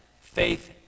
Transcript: Faith